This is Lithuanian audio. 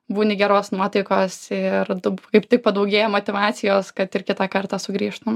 būni geros nuotaikos ir dab kaip tik padaugėja motyvacijos kad ir kitą kartą sugrįžtum